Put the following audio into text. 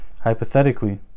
hypothetically